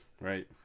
Right